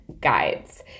guides